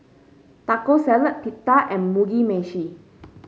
Taco Salad Pita and Mugi Meshi